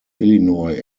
illinois